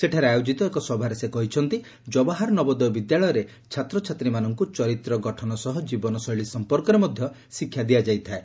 ସେଠାରେ ଆୟୋଜିତ ଏକ ସଭାରେ ସେ କହିଛନ୍ତି ଜବାହର ନବୋଦୟ ବିଦ୍ୟାଳୟରେ ଛାତ୍ରଛାତ୍ରୀମାନଙ୍କୁ ଚରିତ୍ର ଗଠନ ସହ ଜୀବନଶୈଳୀ ସମ୍ପର୍କରେ ମଧ୍ଧ ଶିକ୍ଷା ଦିଆଯାଇଥାଏ